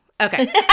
Okay